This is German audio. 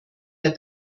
der